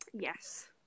Yes